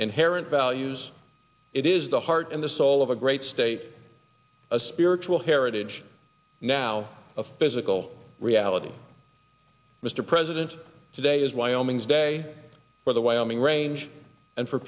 inherent values it is the heart and the soul of a great state a spiritual heritage now a physical reality mr president today is wyoming's day for the wyoming range and for